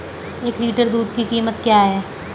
एक लीटर दूध की कीमत क्या है?